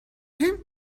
him